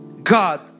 God